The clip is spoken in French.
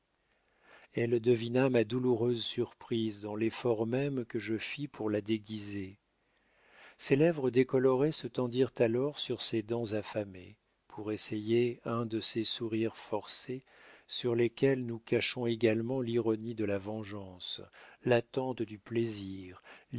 elle devina ma douloureuse surprise dans l'effort même que je fis pour la déguiser ses lèvres décolorées se tendirent alors sur ses dents affamées pour essayer un de ces sourires forcés sous lesquels nous cachons également l'ironie de la vengeance l'attente du plaisir